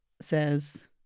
says